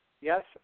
Yes